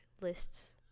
lists